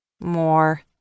More